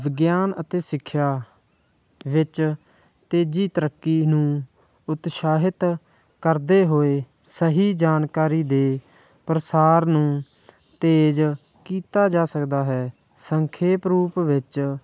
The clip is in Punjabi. ਵਿਗਿਆਨ ਅਤੇ ਸਿੱਖਿਆ ਵਿੱਚ ਤੇਜ਼ੀ ਤਰੱਕੀ ਨੂੰ ਉਤਸ਼ਾਹਿਤ ਕਰਦੇ ਹੋਏ ਸਹੀ ਜਾਣਕਾਰੀ ਦੇ ਪ੍ਰਸਾਰ ਨੂੰ ਤੇਜ਼ ਕੀਤਾ ਜਾ ਸਕਦਾ ਹੈ ਸੰਖੇਪ ਰੂਪ ਵਿੱਚ